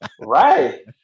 Right